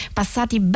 passati